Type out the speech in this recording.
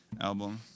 album